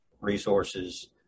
resources